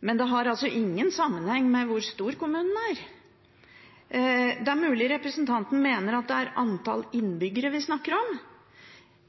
Men det har ingen sammenheng med hvor stor kommunen er. Det er mulig representanten mener at det er antall innbyggere vi snakker om.